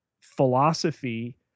philosophy